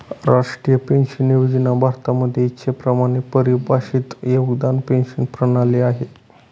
राष्ट्रीय पेन्शन योजना भारतामध्ये इच्छेप्रमाणे परिभाषित योगदान पेंशन प्रणाली आहे